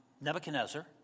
Nebuchadnezzar